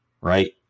right